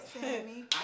Sammy